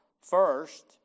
First